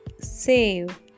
save